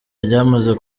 ryamaze